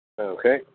Okay